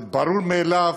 זה ברור מאליו,